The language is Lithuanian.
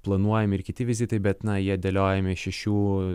planuojami ir kiti vizitai bet na jie dėliojami šešių